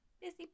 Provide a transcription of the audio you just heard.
Busy